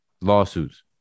Lawsuits